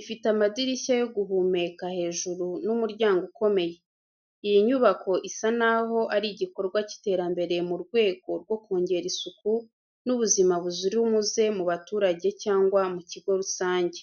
ifite amadirishya yo guhumeka hejuru n’umuryango ukomeye. Iyi nyubako isa naho ari igikorwa cy’iterambere mu rwego rwo kongera isuku n’ubuzima buzira umuze mu baturage cyangwa mu kigo rusange.